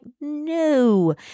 no